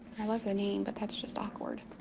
i love the name, but that's just awkward.